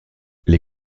les